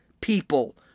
people